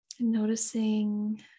Noticing